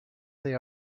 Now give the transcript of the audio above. they